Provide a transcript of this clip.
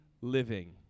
living